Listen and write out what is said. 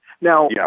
Now